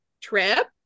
trip